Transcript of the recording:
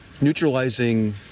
Neutralizing